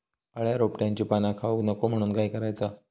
अळ्या रोपट्यांची पाना खाऊक नको म्हणून काय करायचा?